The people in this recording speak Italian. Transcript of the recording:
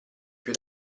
più